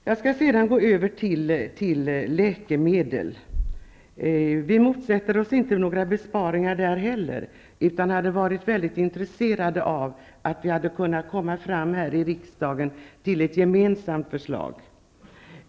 Inte heller när det gäller läkemedel motsätter vi oss några besparingar. Vi har varit mycket intresserade av att i riksdagen kunna lägga fram ett gemensamt förslag.